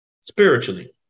spiritually